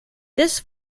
this